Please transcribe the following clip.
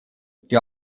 die